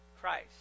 Christ